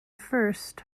first